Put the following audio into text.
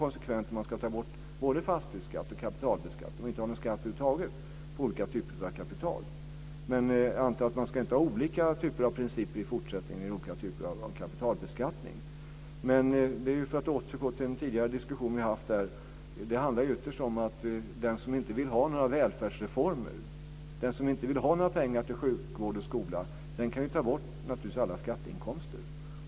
Om man ska ta bort både fastighetsskatt och kapitalbeskattning och inte ha någon skatt över huvud taget på olika typer av kapital är man konsekvent. Men jag antar att man inte ska ha olika typer av principer i fortsättningen eller olika typer av kapitalbeskattning. För att återgå till den tidigare diskussion som vi har haft handlar det om följande. Den som inte vill ha några välfärdsreformer eller några pengar till sjukvård och skola kan naturligtvis ta bort alla skatteinkomster.